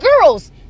girls